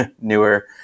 newer